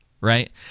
Right